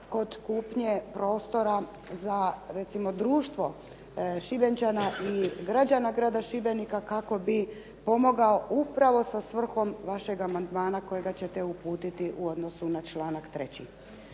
kod kupnje prostora za recimo društvo šibenčana i građana grada Šibenika kako bi pomogao upravo sa svrhom vašeg amandmana kojeg ćete uputiti u odnosu na članak 3.